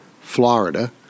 Florida